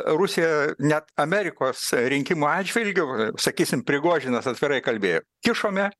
rusija net amerikos rinkimų atžvilgiu sakysim prigožinas atvirai kalbėjo kišome